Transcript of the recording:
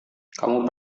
kamu